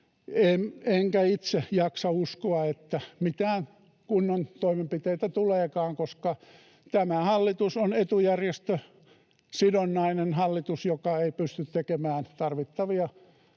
enkä itse jaksa uskoa, että mitään kunnon toimenpiteitä tuleekaan, koska tämä hallitus on etujärjestösidonnainen hallitus, joka ei pysty tekemään tarvittavia, kipeitä